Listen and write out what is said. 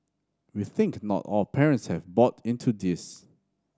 we think not all parents have bought into this